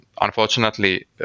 unfortunately